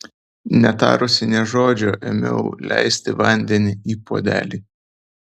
netarusi nė žodžio ėmiau leisti vandenį į puodelį